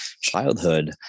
childhood